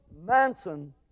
Manson